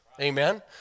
Amen